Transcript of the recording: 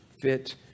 fit